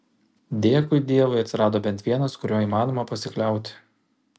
dėkui dievui atsirado bent vienas kuriuo įmanoma pasikliauti